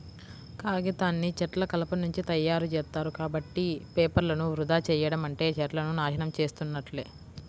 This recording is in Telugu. కాగితాన్ని చెట్ల కలపనుంచి తయ్యారుజేత్తారు, కాబట్టి పేపర్లను వృధా చెయ్యడం అంటే చెట్లను నాశనం చేసున్నట్లే